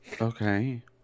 Okay